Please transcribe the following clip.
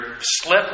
slip